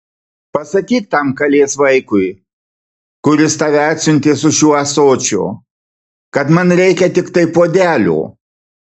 pasakyk tam kalės vaikui kuris tave atsiuntė su šiuo ąsočiu kad man reikia tiktai puodelio